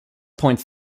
points